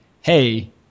hey